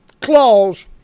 claws